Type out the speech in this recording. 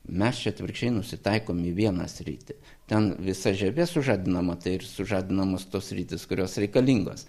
mes čia atvirkščiai nusitaikom į vieną sritį ten visa žievė sužadinama tai ir sužadinamos tos sritys kurios reikalingos